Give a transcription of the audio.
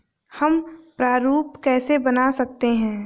हम प्रारूप कैसे बना सकते हैं?